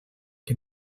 que